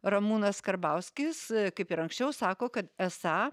ramūnas karbauskis kaip ir anksčiau sako kad esą